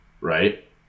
right